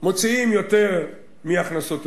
מוציאים יותר מהכנסותיהם,